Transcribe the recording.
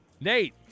Nate